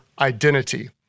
identity